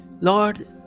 Lord